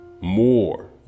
more